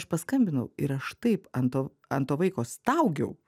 aš paskambinau ir aš taip ant to ant to vaiko staugiau